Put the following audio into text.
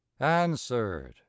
Answered